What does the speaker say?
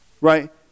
right